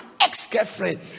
ex-girlfriend